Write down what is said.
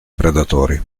predatori